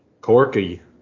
Corky